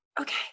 Okay